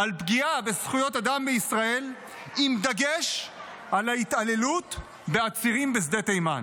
על פגיעה בזכויות אדם בישראל עם דגש על ההתעללות בעצירים בשדה תימן,